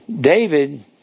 David